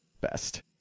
Best